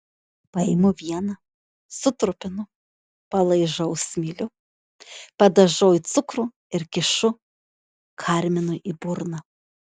paimu vieną sutrupinu palaižau smilių padažau į cukrų ir kišu karminui į burną